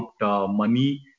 Money